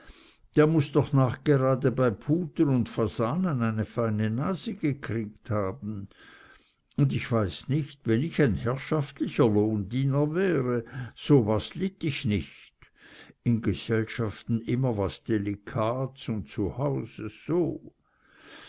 der muß doch nachgerade bei puten un fasanen eine feine nase gekriegt haben und ich weiß nicht wenn ich ein herrschaftlicher lohndiener wäre so was litt ich nich in gesellschaften immer was delikats un zu hause so